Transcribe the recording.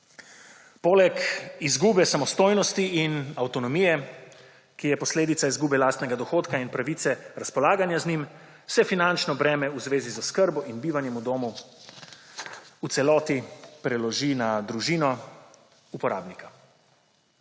Poleg izgube samostojnosti in avtonomije, ki je posledica izgube lastnega dohodka in pravice razpolaganja z njim, se finančno breme v zvezi z oskrbo in bivanjem v domu v celoti preloži na družino, uporabnika.